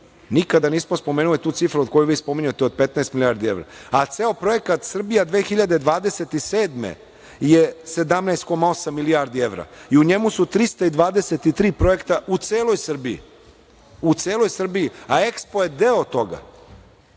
Nikada nismo spomenuli tu cifru koju vi spominjete od 15 milijardi evra, a ceo projekat „Srbija 2027“ je 17,8 milijardi evra i u njemu su 323 projekta u celoj Srbiji, u celoj Srbiji, a EKSPO je deo toga,